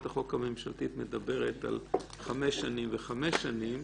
שבעניין זה הצעת החוק הממשלתית מדברת על חמש שנים וחמש שנים,